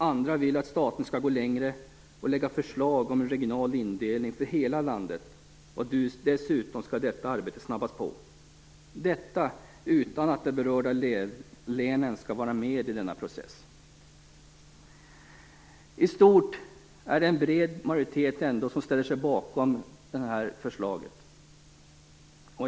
Andra vill att staten skall gå längre och lägga fram förslag om en regional indelning för hela landet, dessutom skall detta arbete snabbas på, och detta utan att de berörda länen skall vara med i denna process. I stort är det ändå en bred majoritet som ställer sig bakom förslaget.